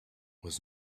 was